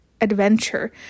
adventure